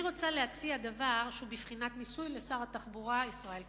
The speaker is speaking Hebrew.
אני רוצה להציע דבר שהוא בבחינת ניסוי לשר התחבורה ישראל כץ.